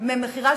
בבקשה.